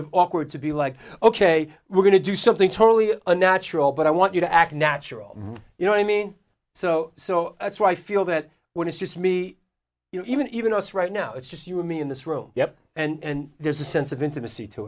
of awkward to be like ok we're going to do something totally unnatural but i want you to act natural you know i mean so so that's why i feel that when it's just me you know even even us right now it's just you or me in this room yeah and there's a sense of intimacy to